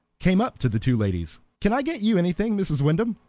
came up to the two ladies. can i get you anything, mrs. wyndham?